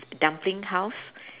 dumpling house